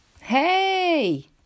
Hey